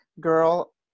girl